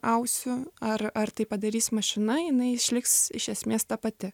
ausiu ar ar tai padarys mašina jinai išliks iš esmės ta pati